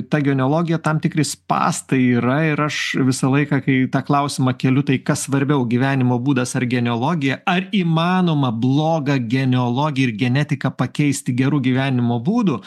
ta genealogija tam tikri spąstai yra ir aš visą laiką kai tą klausimą keliu tai kas svarbiau gyvenimo būdas ar genealogija ar įmanoma blogą genealogiją ir genetiką pakeisti geru gyvenimo būdu